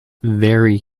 vary